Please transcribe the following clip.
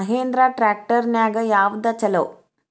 Mahindra tractor ನ್ಯಾಗ ಯಾವ್ದ ಛಲೋ?